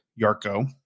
Yarko